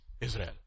Israel